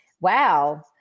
wow